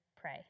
pray